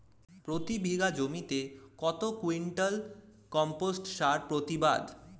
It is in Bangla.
প্রতি বিঘা জমিতে কত কুইন্টাল কম্পোস্ট সার প্রতিবাদ?